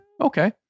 okay